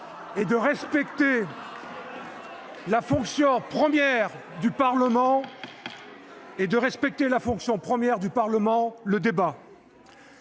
et de respecter la fonction première du Parlement : le débat.